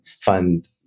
fund